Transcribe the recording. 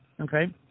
okay